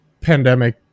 pandemic